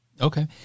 Okay